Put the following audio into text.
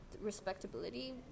respectability